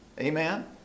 Amen